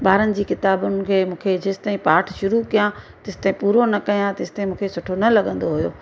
ॿारनि जी किताबुनि खे जेसिताईं पाठ शुरू कयां जेसिताईं पूरो न कयां तेसिताईं मूंखे सुठो न लॻंदो हुयो